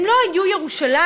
הם לא היו ירושלים,